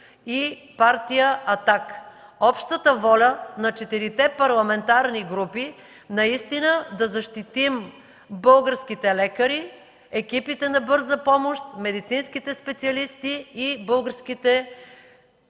и Партия „Атака” – общата воля на четирите парламентарни групи наистина да защитим българските лекари, екипите на Бърза помощ, медицинските специалисти и българските